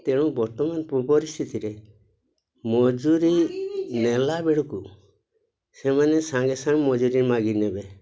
ତେଣୁ ବର୍ତ୍ତମାନ ପୂପରିସ୍ଥିତିରେ ମଜୁରୀ ନେଲା ବେଳକୁ ସେମାନେ ସାଙ୍ଗେ ସାଙ୍ଗେ ମଜୁରୀ ମାଗିନେବେ